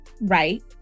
Right